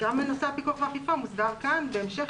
גם נושא הפיקוח והאכיפה מוסדר כאן בהמשך